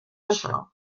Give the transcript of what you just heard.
això